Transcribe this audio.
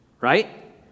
right